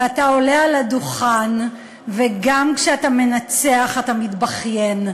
ואתה עולה על הדוכן, וגם כשאתה מנצח אתה מתבכיין.